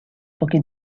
pochi